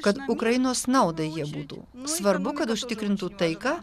kad ukrainos naudai jie būtų svarbu kad užtikrintų taiką